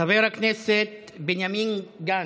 חבר הכנסת בנימין גנץ.